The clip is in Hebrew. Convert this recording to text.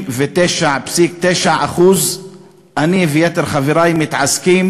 99.9% אני ויתר חברי מתעסקים